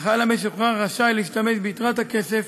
החייל המשוחרר רשאי להשתמש ביתרת הכסף